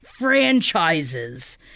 franchises